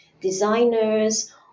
designers